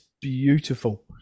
beautiful